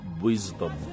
wisdom